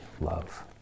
love